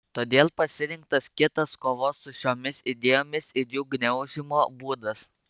todėl pasirinktas kitas kovos su šiomis idėjomis ir jų gniaužimo būdas